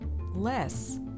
less